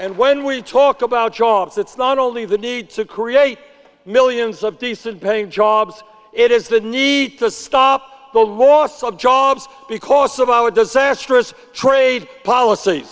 and when we talk about choice it's not only the need to create millions of decent paying jobs it is the need to stop the loss of jobs because of our disastrous trade polic